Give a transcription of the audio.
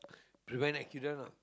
prevent accident lah